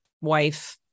wife